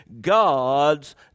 God's